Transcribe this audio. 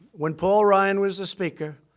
when paul ryan was the speaker,